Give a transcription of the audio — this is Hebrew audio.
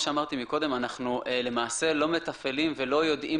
אנחנו למעשה לא מתפעלים ולא יודעים